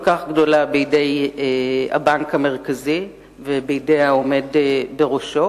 כך גדולה בידי הבנק המרכזי ובידי העומד בראשו,